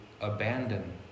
abandon